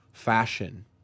Fashion